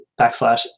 backslash